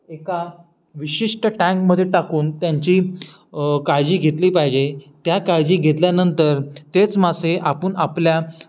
एका विशिष्ट टँकमध्ये टाकून त्यांची काळजी घेतली पाहिजे त्या काळजी घेतल्यानंतर तेच मासे आपण आपल्या